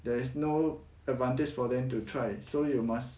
there is no advantage for them to try so you must